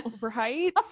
Right